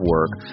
Work